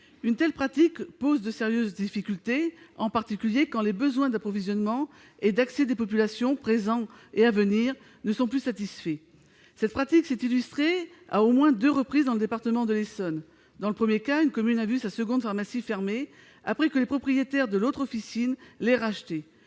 Une telle pratique pose de sérieuses difficultés, en particulier quand les besoins d'approvisionnement et d'accès des populations, présents et à venir, ne sont plus satisfaits. Cette pratique s'est illustrée à au moins deux reprises dans le département de l'Essonne. Dans le premier cas, une commune a vu sa seconde pharmacie fermer après que les propriétaires de l'autre officine l'eurent rachetée.